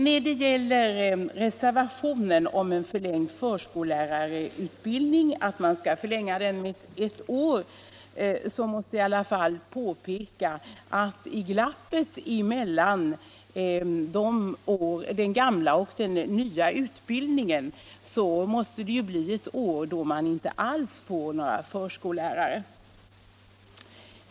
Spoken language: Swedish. När det gäller reservationen om en med ett år förlängd förskollärarutbildning måste jag i alla fall påpeka att i glappet mellan den gamla och den nya utbildningen måste det komma ett år då man inte alls får några förskollärare.